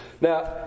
now